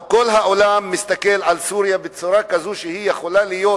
כל העולם מסתכל על סוריה בצורה כזו שהיא יכולה להיות